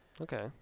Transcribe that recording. Okay